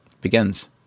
begins